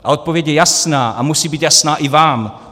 A odpověď je jasná a musí být jasná i vám.